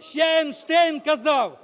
Ще Ейнштейн казав: